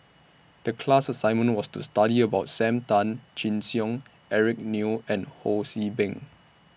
The class assignment was to study about SAM Tan Chin Siong Eric Neo and Ho See Beng